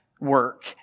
work